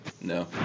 no